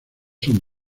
son